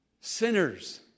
sinners